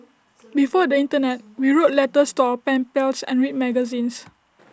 before the Internet we wrote letters to our pen pals and read magazines